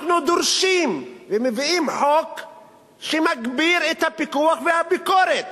אנחנו דורשים ומביאים חוק שמגביר את הפיקוח והביקורת.